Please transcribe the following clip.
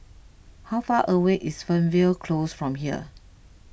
how far away is Fernvale Close from here